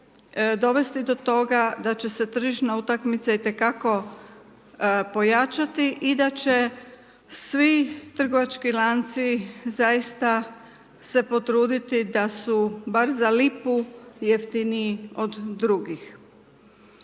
dovesti do toga, da će se tržišna utakmica itekako pojačati i da će svi trgovački lanci, zaista se potruditi, da su bar za lipu jeftiniji od drugih.